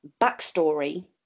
backstory